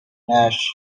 nash